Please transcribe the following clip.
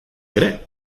ere